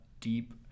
deep